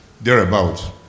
thereabouts